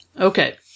Okay